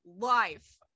life